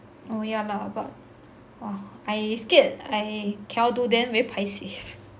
oh yeah lah but !wah! I scared I cannot do then very paiseh